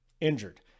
injured